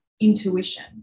intuition